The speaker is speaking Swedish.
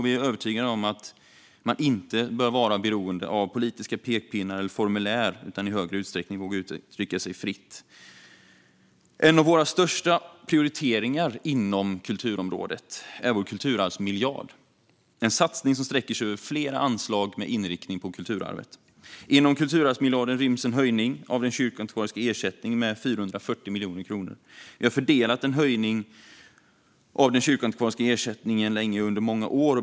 Vi är övertygade om att man inte bör vara beroende av politiska pekpinnar och formulär utan i högre utsträckning våga uttrycka sig fritt. En av våra största prioriteringar inom kulturområdet är vår kulturarvsmiljard, en satsning som sträcker sig över flera anslag med inriktning på kulturarvet. Inom kulturarvsmiljarden ryms en höjning av den kyrkoantikvariska ersättningen med 440 miljoner kronor. Vi har under många år förordat en höjning av den kyrkoantikvariska ersättningen.